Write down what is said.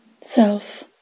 self